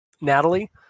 Natalie